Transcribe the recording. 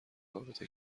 رابطه